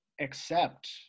accept